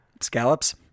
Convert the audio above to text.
scallops